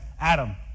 Adam